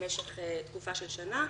במשך תקופה של שנה,